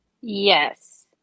Yes